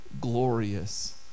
glorious